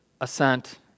assent